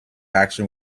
action